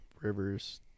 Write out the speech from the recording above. Rivers